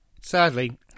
Sadly